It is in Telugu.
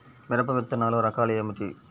మిరప విత్తనాల రకాలు ఏమిటి?